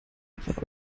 etwa